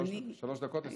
שלוש דקות יספיקו לך?